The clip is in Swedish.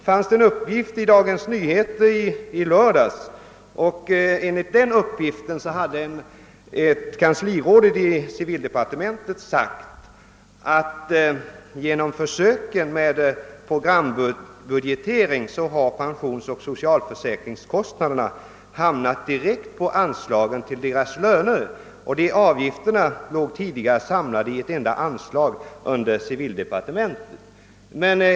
heter fanns en uppgift om att kanslirådet i civildepartementet sagt att genom försöken med programbudgetering hade pensionsoch socialförsäkringskostnaderna hamnat direkt på anslagen till statsrådens löner. Avgifterna låg tidigare samlade i ett enda anslag under civildepartementet.